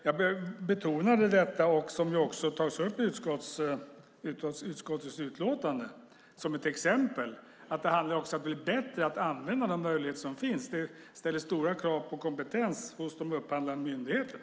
Jag betonade det som också tas upp i utskottets utlåtande som ett exempel, att det också handlar om att bli bättre på att använda de möjligheter som finns. Det ställer stora krav på kompetens hos de upphandlande myndigheterna.